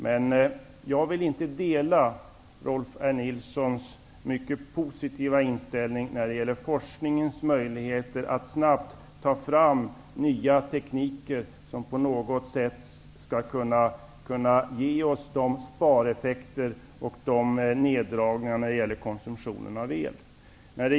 Men jag vill inte dela Rolf L Nilsons mycket positiva inställning till forskningens möjligheter att snabbt ta fram nya tekniker som skall kunna ge spareffekter och neddragningar av elkonsumtionen.